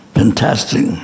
fantastic